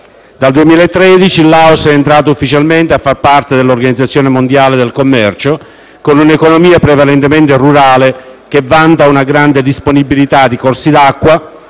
Dal 2013 il Laos è entrato ufficialmente a far parte dell'Organizzazione mondiale del commercio, con un'economia prevalentemente rurale che vanta una grande disponibilità di corsi d'acqua,